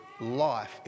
life